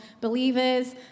believers